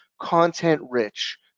content-rich